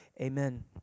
Amen